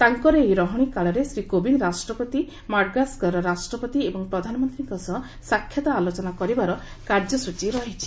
ତାଙ୍କର ଏହି ରହଣି କାଳରେ ଶ୍ରୀ କୋବିନ୍ ରାଷ୍ଟ୍ରପତି ମାଡାଗସ୍କରର ରାଷ୍ଟ୍ରପତି ଏବଂ ପ୍ରଧାନମନ୍ତ୍ରୀଙ୍କ ସହ ସାକ୍ଷାତ ଆଲୋଚନା କରିବାର କାର୍ଯ୍ୟସ୍କଚୀ ହୋଇଛି